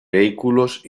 vehículos